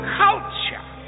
culture